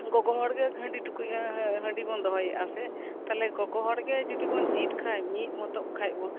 ᱜᱚᱜᱚ ᱦᱚᱲ ᱜᱮ ᱦᱟᱺᱰᱤ ᱴᱩᱠᱩᱡ ᱦᱟᱺᱰᱤ ᱵᱚᱱ ᱫᱚᱦᱚᱭᱮᱜᱼᱟ ᱥᱮ ᱛᱟᱞᱦᱮ ᱜᱚᱜᱚ ᱦᱚᱲ ᱜᱮ ᱡᱩᱫᱤ ᱵᱚᱱ ᱡᱤᱫ ᱠᱷᱟᱡ ᱢᱤᱛ ᱢᱚᱛᱚᱜ ᱠᱷᱟᱡ ᱵᱚᱱ